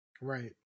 Right